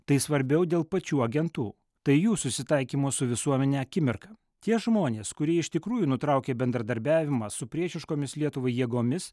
tai svarbiau dėl pačių agentų tai jų susitaikymo su visuomene akimirka tie žmonės kurie iš tikrųjų nutraukė bendradarbiavimą su priešiškomis lietuvai jėgomis